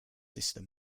sister